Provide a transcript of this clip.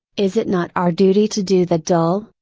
is it not our duty to do the dull,